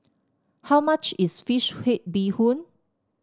how much is fish head Bee Hoon